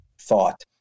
thought